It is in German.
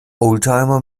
oldtimer